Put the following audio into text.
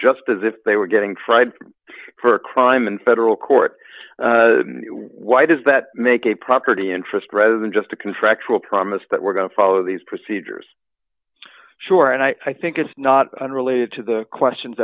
just as if they were getting tried for a crime in federal court why does that make a property interest rather than just a contractual promise that we're going to follow these procedures sure and i think it's not unrelated to the questions